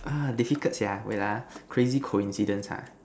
uh difficult sia wait ah crazy coincidence ha